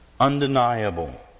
Undeniable